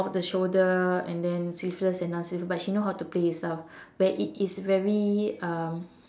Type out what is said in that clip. off the shoulder and then sleeveless and long sleeves but she knows how to play with styles where it is very um